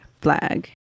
flag